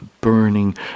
burning